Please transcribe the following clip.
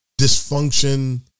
dysfunction